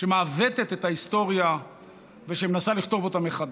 שמעוותת את ההיסטוריה ושמנסה לכתוב אותה מחדש.